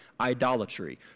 idolatry